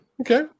Okay